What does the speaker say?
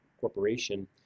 corporation